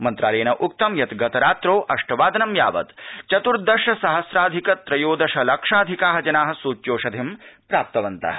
मन्त्रालयेन उक्तं यत् गतरात्रौ अष्टवादनं यावत् चतुर्दश सहस्राधिक त्रयोदश लक्षाधिकाः जनाः सूच्यौषधिं प्राप्तवन्तः